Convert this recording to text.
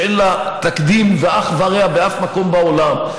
שאין לה תקדים ואח ורע באף מקום בעולם,